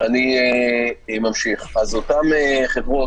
אותן חברות